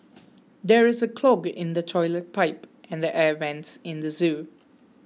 there is a clog in the toilet pipe and the air vents in the zoo